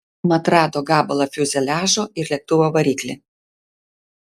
mat rado gabalą fiuzeliažo ir lėktuvo variklį